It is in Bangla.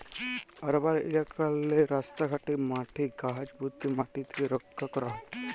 আরবাল ইলাকাললে রাস্তা ঘাটে, মাঠে গাহাচ প্যুঁতে ম্যাটিট রখ্যা ক্যরা হ্যয়